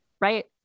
right